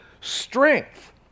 strength